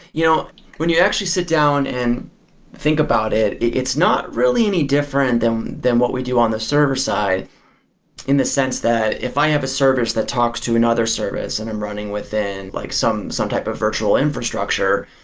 yeah when you actually sit down and think about it, it's not really any different than than what we do on the server-side in the sense that if i have a service that talks to another service and i'm running within like some some type of virtual infrastructure,